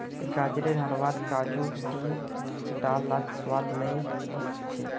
गाजरेर हलवात काजू नी डाल लात स्वाद नइ ओस छेक